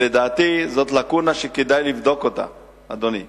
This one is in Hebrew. לדעתי זו לקונה שכדאי לבדוק אותה, אדוני.